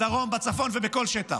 בדרום, בצפון ובכל שטח.